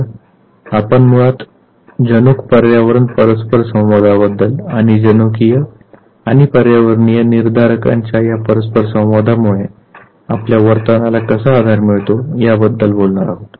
तर आपण मुळात जनुक पर्यावरण परस्परसंवादाबद्दल आणि जनुकीय आणि पर्यावरणीय निर्धारकांच्या या परस्परसंवादामुळे आपल्या वर्तनाला कसा आधार मिळतो याबद्दल बोलणार आहोत